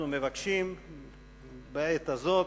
אנחנו מבקשים בעת הזאת,